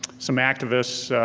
some activists,